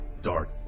dark